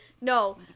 No